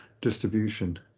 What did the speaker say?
distribution